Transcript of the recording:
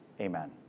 Amen